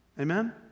amen